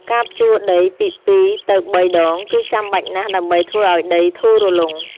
ការភ្ជួរដីពី ២ ទៅ ៣ ដង គឺចាំបាច់ណាស់ដើម្បីធ្វើឱ្យដីធូររលុង។